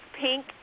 pink